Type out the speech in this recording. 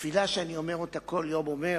בתפילה שאני אומר אותה כל יום, אומר: